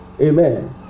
Amen